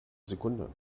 sekunde